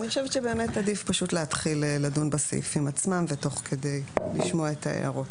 אני חושבת שעדיף להתחיל לדון בסעיפים עצמם ותוך כדי לשמוע את ההערות.